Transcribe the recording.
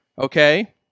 Okay